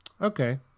Okay